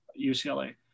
UCLA